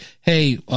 Hey